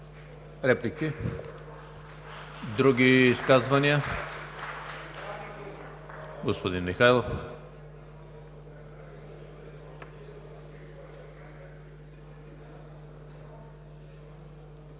реплики? Други изказвания? Господин Радев,